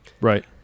right